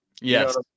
yes